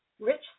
Rich